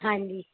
ਹਾਂਜੀ